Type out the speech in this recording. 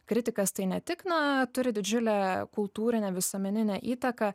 kritikas tai ne tik na turi didžiulę kultūrinę visuomeninę įtaką